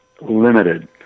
limited